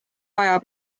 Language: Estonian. vaja